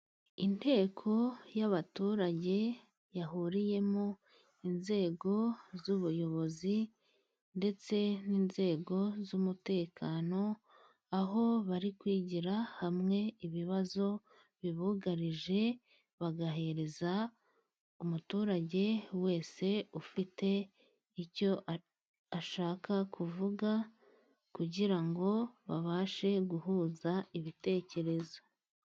Inteko y'abaturage, yahuriyemo inzego z'ubuyobozi ndetse n'inzego z'umutekano, aho bari kwigira hamwe ibibazo bibugarije, bagahereza umuturage wese ufite icyo ashaka kuvuga, kugira ngo babashe guhuza ibitekerezo.